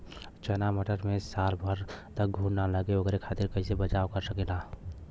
चना मटर मे साल भर तक घून ना लगे ओकरे खातीर कइसे बचाव करल जा सकेला?